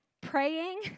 Praying